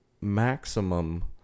maximum